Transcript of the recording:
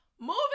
Moving